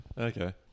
Okay